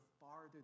farther